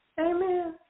Amen